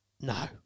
No